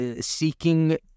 seeking